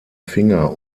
finger